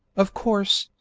of course,